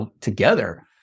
together